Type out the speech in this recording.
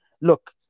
look